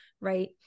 Right